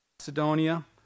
Macedonia